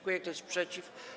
Kto jest przeciw?